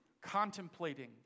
contemplating